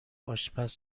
آشپز